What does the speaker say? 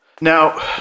Now